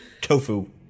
Tofu